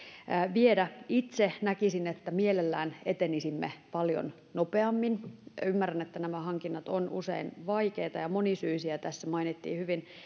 viedä itse näkisin että mielellään etenisimme paljon nopeammin ja ymmärrän että nämä hankinnat ovat usein vaikeita ja monisyisiä tässä mainittiin hyvin